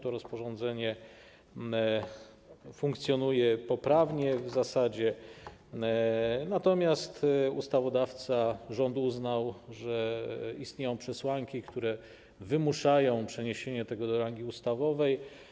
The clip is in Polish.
To rozporządzenie funkcjonuje w zasadzie poprawnie, natomiast ustawodawca, rząd uznał, że istnieją przesłanki, które wymuszają przeniesienie tego do rangi ustawowej.